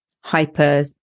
hyper